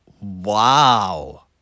Wow